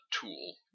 tool